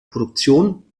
produktion